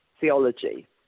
theology